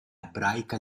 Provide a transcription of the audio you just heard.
ebraica